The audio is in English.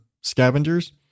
scavengers